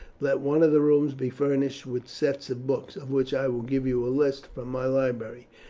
let one of the rooms be furnished with sets of books, of which i will give you a list, from my library.